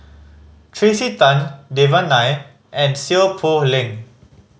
Tracey Tan Devan Nair and Seow Poh Leng